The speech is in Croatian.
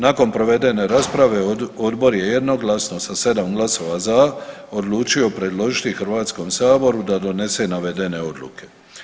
Nakon provede rasprave, Odbor je jednoglasno sa 7 glasova za odlučio predložiti HS-u da donese navedene odluke.